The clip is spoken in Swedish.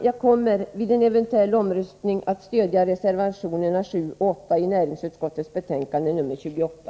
Jag kommer vid en eventuell omröstning att stödja reservationerna 7 och 8 till näringsutskottets betänkande 28.